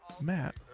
Matt